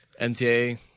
MTA